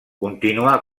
continuà